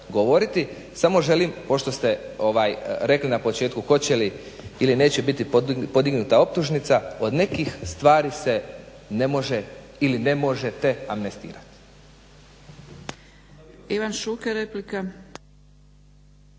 Samo želim pošto ste rekli na početku hoće li ili neće biti podignuta optužnica, od nekih stvari se ne može ili ne možete amnestirati.